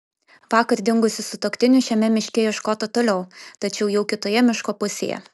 vakar dingusių sutuoktinių šiame miške ieškota toliau tačiau jau kitoje miško pusėje